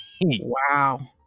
Wow